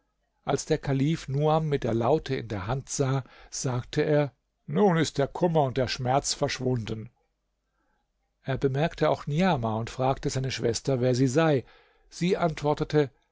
als der kalif nuam mit der laute in der hand sah sagte er nun ist der kummer und der schmerz verschwunden er bemerkte auch niamah und fragte seine schwester wer sie sei sie antwortete